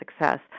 success